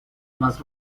más